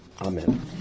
Amen